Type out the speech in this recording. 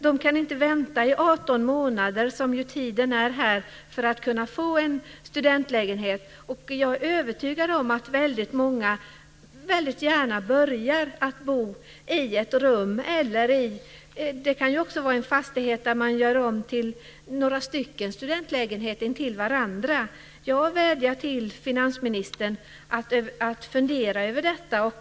De kan inte vänta i 18 månader, vilket är tiden här för att kunna få en studentlägenhet. Jag är övertygad om att många gärna börjar med att bo i ett rum. Det kan ju också handla om en fastighet där man gör om några lägenheter till studentlägenheter intill varandra. Jag vädjar till finansministern att fundera över detta.